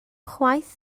chwaith